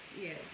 Yes